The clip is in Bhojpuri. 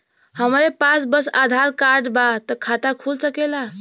हमरे पास बस आधार कार्ड बा त खाता खुल सकेला?